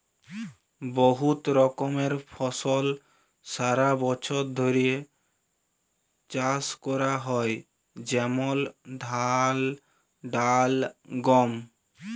বহুত রকমের ফসল সারা বছর ধ্যরে চাষ ক্যরা হয় যেমল ধাল, ডাল, গম